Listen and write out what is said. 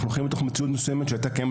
אנחנו חיים בתוך מציאות מסוימת שהייתה קיימת